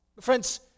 Friends